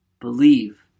Believe